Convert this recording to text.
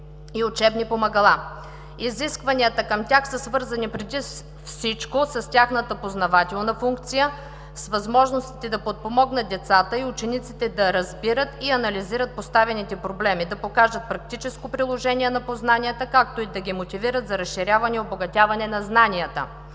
и учебни помагала. Изискванията към тях са свързани преди всичко с тяхната познавателна функция, с възможностите да подпомогнат децата и учениците да разбират и анализират поставените проблеми, да покажат практическо приложение на познанията, както и да ги мотивират за разширяване и обогатяване на знанията.